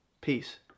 Peace